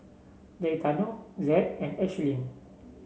Gaetano Zed and Ashlyn